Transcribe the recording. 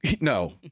no